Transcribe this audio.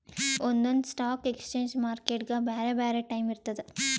ಒಂದೊಂದ್ stock exchange ಮಾರ್ಕೆಟ್ಗ್ ಬ್ಯಾರೆ ಬ್ಯಾರೆ ಟೈಮ್ ಇರ್ತದ್